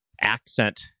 accent